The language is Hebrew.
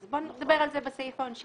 אז בוא נדבר על זה בסעיף העונשי.